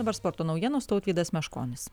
dabar sporto naujienos tautvydas meškonis